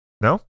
No